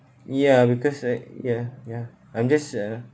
ya because right ya ya I'm just uh